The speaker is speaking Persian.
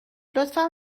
لطفا